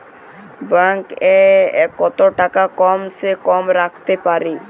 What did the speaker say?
Bank এ কত টাকা কম সে কম রাখতে পারি?